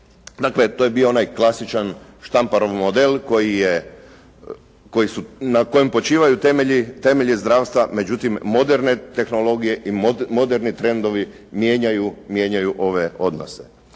Dakle, to je bio onaj klasičan Štamparov model na kojem počivaju temelji zdravstva, međutim moderne tehnologije i moderni trendovi mijenjaju ove odnose.